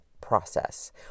process